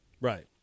Right